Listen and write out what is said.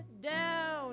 down